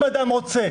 אם אדם רוצה